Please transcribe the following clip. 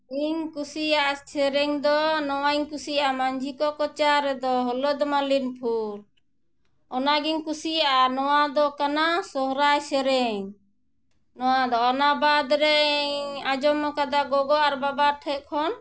ᱤᱧ ᱠᱩᱥᱤᱭᱟᱜᱼᱟ ᱥᱮᱨᱮᱧ ᱫᱚ ᱱᱚᱣᱟᱧ ᱠᱩᱥᱤᱭᱟᱜᱼᱟ ᱢᱟᱺᱡᱷᱤ ᱠᱚ ᱠᱚᱪᱟ ᱨᱮᱫᱚ ᱦᱚᱞᱚᱛ ᱢᱟᱞᱤᱱᱯᱷᱩᱞ ᱚᱱᱟᱜᱤᱧ ᱠᱩᱥᱤᱭᱟᱜᱼᱟ ᱱᱚᱣᱟ ᱫᱚ ᱠᱟᱱᱟ ᱥᱚᱦᱚᱨᱟᱭ ᱥᱮᱨᱮᱧ ᱱᱚᱣᱟ ᱫᱚ ᱚᱱᱟ ᱵᱟᱫ ᱨᱮᱧ ᱟᱸᱡᱚᱢ ᱟᱠᱟᱫᱟ ᱜᱚᱜᱚ ᱟᱨ ᱵᱟᱵᱟ ᱴᱷᱮᱱ ᱠᱷᱚᱱ